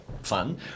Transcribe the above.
fun